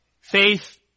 Faith